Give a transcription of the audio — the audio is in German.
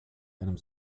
einem